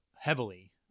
heavily